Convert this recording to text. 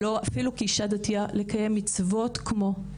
ואפילו כאישה דתייה לא לקיים מצוות כמו.